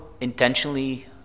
intentionally